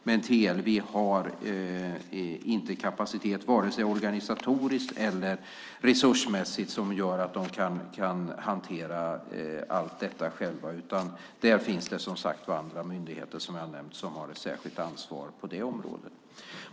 Men TLV har inte kapacitet, vare sig organisatoriskt eller resursmässigt, att hantera allt detta själva, utan där finns det andra myndigheter som jag har nämnt som har ett särskilt ansvar på detta område.